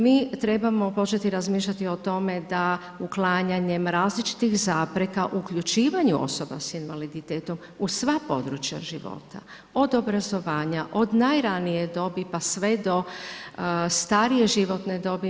Mi trebamo početi razmišljati o tome da uklanjanjem različitih zapreka, uključivanju osoba s invaliditetom u sva područja života, od obrazovanja, od najranije dobi pa sve do starije životne dobi.